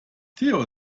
theo